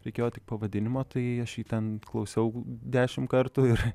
reikėjo tik pavadinimą tai aš jį ten klausiau dešimt kartų ir